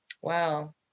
wow